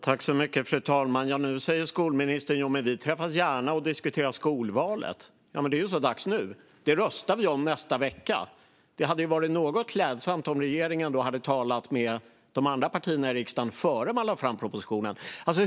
Fru talman! Nu säger skolministern: Jo, men vi träffas gärna och diskuterar skolvalet. Det är ju så dags nu. Det röstar vi om nästa vecka. Det hade varit något mer klädsamt om regeringen hade talat med de andra partierna i riksdagen innan man lade fram propositionen. Fru talman!